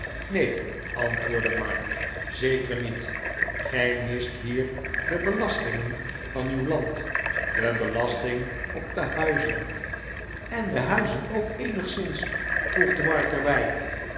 neen antwoordde mark zeker niet gij mist hier de belastingen van uw land de belasting op de huizen en de huizen ook eenigszins voegde mark er